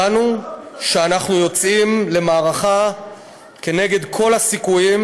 ידענו שאנחנו יוצאים למערכה כנגד כל הסיכויים,